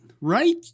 Right